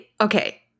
Okay